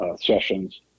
sessions